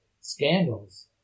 scandals